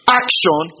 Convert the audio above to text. action